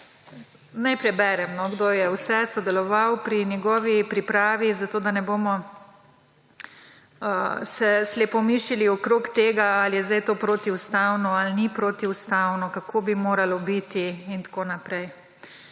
Naj preberem, kdo vse je sodeloval pri njegovi pripravi, da ne bomo slepomišili okoli tega, ali je to protiustavno ali ni protiustavno, kako bi moralo biti in tako naprej.